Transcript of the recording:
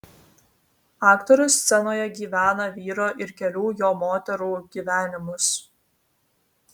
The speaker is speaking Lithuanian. aktorius scenoje gyvena vyro ir kelių jo moterų gyvenimus